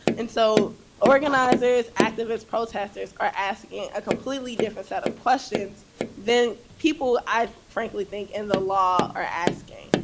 and so organizers, activists, protesters, are asking a completely different set of questions than people, i frankly think, in the law, are asking,